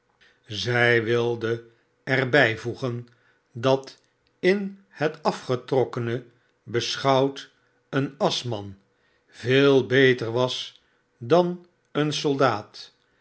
zij wilde er bijvoegen dat in het afgetrokkene beschouwd een aschman veel beter was dan een soldaat